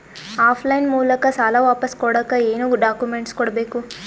Of line ಮೂಲಕ ಸಾಲ ವಾಪಸ್ ಕೊಡಕ್ ಏನು ಡಾಕ್ಯೂಮೆಂಟ್ಸ್ ಕೊಡಬೇಕು?